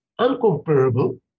uncomparable